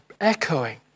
echoing